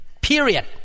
Period